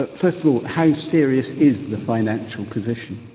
but first of all, how serious is the financial position?